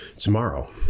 Tomorrow